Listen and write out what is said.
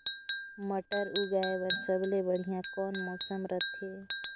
मटर उगाय बर सबले बढ़िया कौन मौसम रथे?